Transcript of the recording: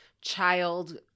child